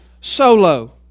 solo